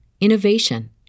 innovation